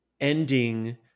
ending